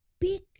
big